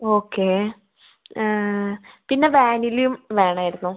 okay പിന്നെ വാനിലയും വേണമായിരുന്നു